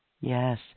Yes